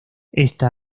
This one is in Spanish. esta